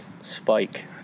spike